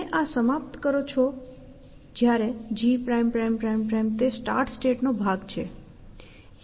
તમે આ સમાપ્ત કરો છો જ્યારે g તે સ્ટાર્ટ સ્ટેટ નો ભાગ છે